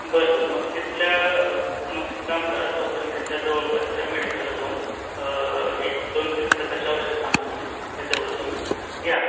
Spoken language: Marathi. बर बर मग तिथल्या मग काम करा तोपर्यंत तिथल्या जवळपासच्या मेडिकलला जाऊन एक दोनतीन प्रकारची औषध सांगतो मी ते तेवढं तुम्ही घ्या